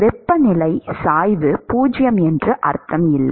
வெப்பநிலை சாய்வு 0 என்று அர்த்தம் இல்லை